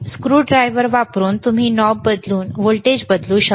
screw driver वापरून तुम्ही knob बदलून व्होल्टेज बदलू शकता